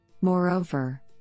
Moreover